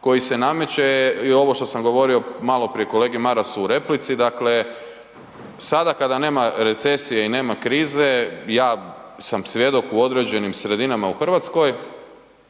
koji se nameće je i ovo što sam govorio maloprije kolegi Marasu u replici, dakle sada kada nema recesije i nema krize ja sam svjedok u određenim sredinama u Hrvatskoj